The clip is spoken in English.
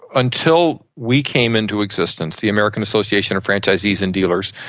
until we came into existence, the american association of franchisees and dealers,